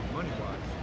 money-wise